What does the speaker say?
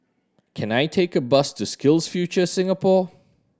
can I take a bus to SkillsFuture Singapore